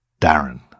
Darren